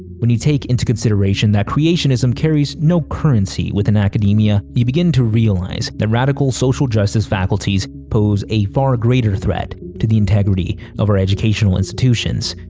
when you take into consideration that creationism carries no currency within academia, you begin realize that radical social justice faculties pose a far greater threat to the integrity of our educational institutions.